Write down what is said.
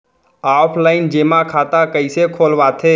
Offline जेमा खाता कइसे खोलवाथे?